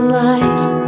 life